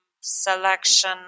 selection